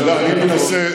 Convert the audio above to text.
עכשיו אתה יכול לשבת בשקט.